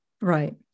Right